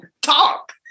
talk